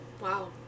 Wow